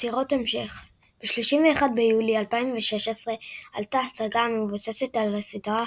יצירות המשך ב־31 ביולי 2016 עלתה הצגה המבוססת על הסדרה,